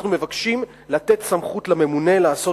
אנחנו מבקשים לתת סמכות לממונה לעשות